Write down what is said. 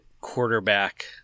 quarterback